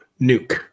Nuke